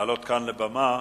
לעלות לבמה.